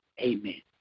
Amen